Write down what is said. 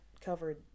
covered